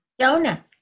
Jonah